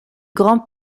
grand